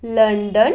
London